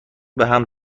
بهم